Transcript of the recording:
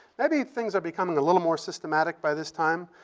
maybe things are becoming a little more systematic by this time.